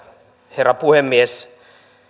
herra puhemies